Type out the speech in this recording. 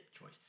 choice